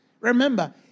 Remember